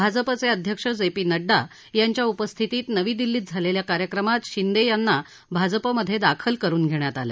भाजपचे अध्यक्ष J P Nadda यांच्या उपस्थितीत नवी दिल्लीत झालेल्या कार्यक्रमात शिंदे यांना भाजपमध्ये दाखल करून घेण्यात आलं